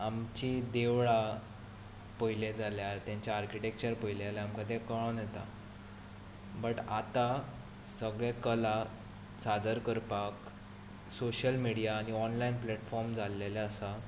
आमचीं देवळां पळयलें जाल्यार तांचें आर्किटेक्चर पळयलें जाल्यार आमकां तें कळून येता बट आतां सगळे कला सादर करपाक सोशियल मिडीया आनी ऑनलायन प्लेटफोर्म जाल्ले आसा